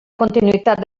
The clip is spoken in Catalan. continuïtat